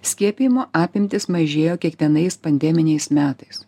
skiepijimo apimtys mažėjo kiek tenais pandeminiais metais